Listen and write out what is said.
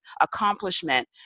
accomplishment